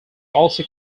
also